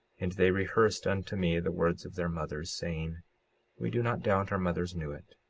and they rehearsed unto me the words of their mothers, saying we do not doubt our mothers knew it.